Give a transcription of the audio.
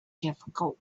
difficult